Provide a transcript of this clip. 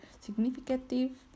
significant